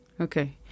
Okay